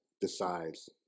decides